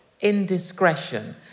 indiscretion